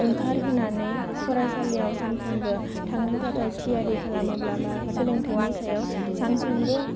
ओंखारहोनानै फरायसालियाव सानफ्रोमबो थांनो थाखाय थियारि खालामोब्ला बा सोलोंथाइनि सायाव सानफ्रोमबो